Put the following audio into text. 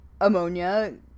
ammonia